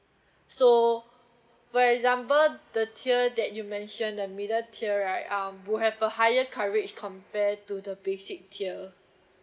so for example the tier that you mention the middle tier right um will have a higher coverage compare to the basic tier